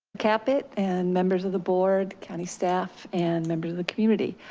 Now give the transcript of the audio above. captu but and members of the board, county staff, and members of the community.